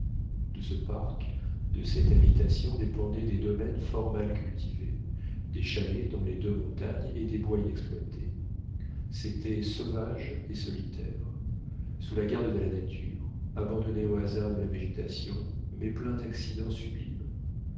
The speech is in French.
de ce parc de cette habitation dépendaient des domaines fort mal cultivés des chalets dans les deux montagnes et des bois inexploités c'était sauvage et solitaire sous la garde de la nature abandonné au hasard de la végétation mais plein d'accidents sublimes